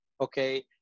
okay